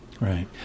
Right